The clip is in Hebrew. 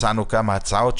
הצענו כמה הצעות,